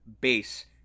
base